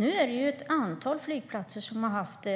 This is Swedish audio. Nu är det ett antal flygplatser som har haft,